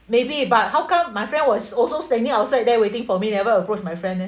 maybe but how come my friend was also standing outside there waiting for me never approach my friend leh